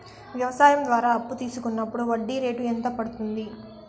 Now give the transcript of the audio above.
వ్యవసాయం ద్వారా అప్పు తీసుకున్నప్పుడు వడ్డీ రేటు ఎంత పడ్తుంది